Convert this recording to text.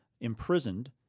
imprisoned